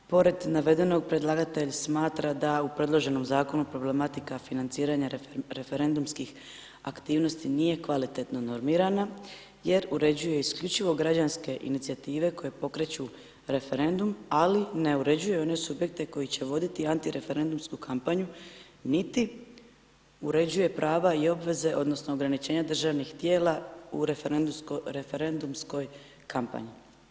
Pored navedenog, predlagatelj smatra da u predloženom zakonu problematika financiranja referendumskih aktivnosti nije kvalitetno normirana jer uređuje isključivo građanske inicijative koje pokreću referendum, ali ne uređuje one subjekte koji će voditi antireferendumsku kampanju niti uređuje prava i obveze odnosno ograničenja državnih tijela u referendumskoj kampanji.